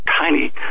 tiny